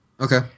Okay